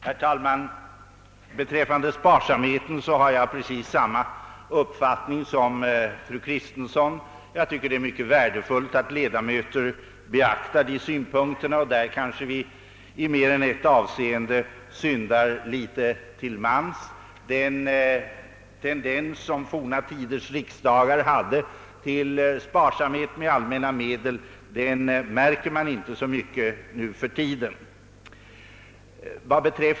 Herr talman! Beträffande sparsamheten har jag precis samma uppfattning som fru Kristensson. Jag tycker att det är mycket värdefullt att ledamöterna beaktar dessa synpunkter. Där kanske vi i mer än ett avseende syndar litet till mans. Den tendens som forna tiders riksdagar hade till sparsamhet med allmänna medel märker man inte så mycket nuförtiden.